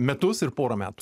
metus ir porą metų